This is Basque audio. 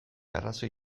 arrazoi